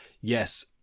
yes